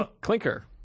clinker